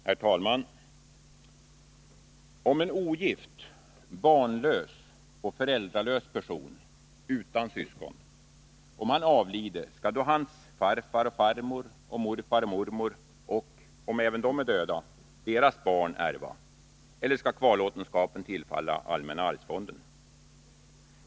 Herr talman! Om en ogift, barnlös och föräldralös person utan syskon avlider, skall då hans farfar och farmor och morfar och mormor och — om även de är döda — deras barn ärva, eller skall kvarlåtenskapen tillfalla allmänna arvsfonden?